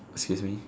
excuse me